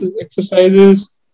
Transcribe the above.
exercises